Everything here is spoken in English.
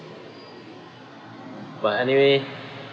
but anyway